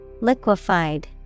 Liquefied